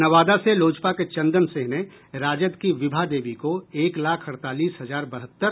नवादा से लोजपा के चंदन सिंह ने राजद की विभा देवी को एक लाख अड़तालीस हजार बहत्तर